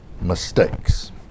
mistakes